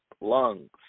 lungs